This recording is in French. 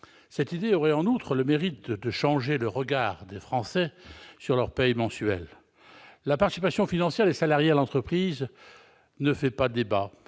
Cette idée aurait, en outre, le mérite de changer le regard des Français sur leur paye mensuelle. La participation financière des salariés dans l'entreprise ne fait pas débat.